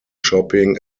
shopping